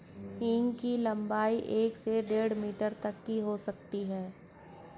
हींग की लंबाई एक से डेढ़ मीटर तक हो सकती है